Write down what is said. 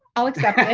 i'll accept it.